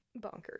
bonkers